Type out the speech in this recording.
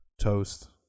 toast